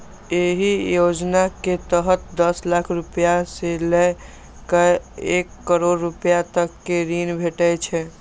एहि योजना के तहत दस लाख रुपैया सं लए कए एक करोड़ रुपैया तक के ऋण भेटै छै